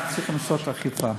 אנחנו צריכים לעשות אכיפה.